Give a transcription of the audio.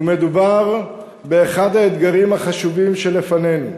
ומדובר באחד האתגרים החשובים שלפנינו.